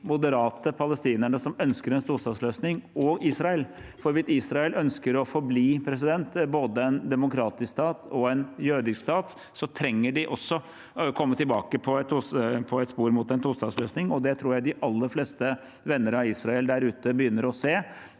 moderate palestinerne som ønsker en tostatsløsning, og Israel, for hvis Israel ønsker å forbli både en demokratisk stat og en jødisk stat, trenger også de å komme tilbake på et spor mot en tostatsløsning. Det tror jeg de aller fleste venner av Israel der ute begynner å se: